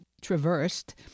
traversed